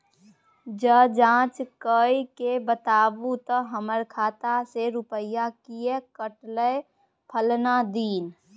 ज जॉंच कअ के बताबू त हमर खाता से रुपिया किये कटले फलना दिन?